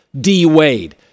D-Wade